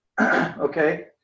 okay